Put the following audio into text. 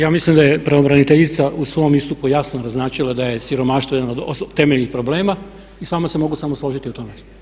Ja mislim da je pravobraniteljica u svom istupu jasno naznačila da je siromaštvo jedan od temeljnih problema i s vama se mogu samo složiti u tome.